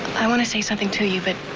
i wanna say something to you but.